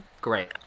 great